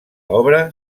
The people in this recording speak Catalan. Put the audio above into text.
obra